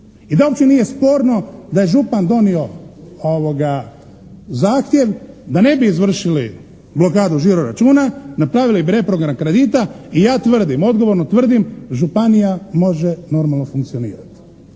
i da uopće nije sporno da je župan donio zahtjev da ne bi izvršili blokadu žiro računa, napravili bi reprogram kredita. I ja tvrdim odgovorno tvrdim županija može normalno funkcionirati.